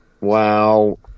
Wow